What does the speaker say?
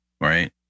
right